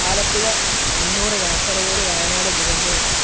Alappuzha Kannur Kasaragod Wayanad Thiruvananthapuram